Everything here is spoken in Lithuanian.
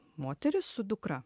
moteris su dukra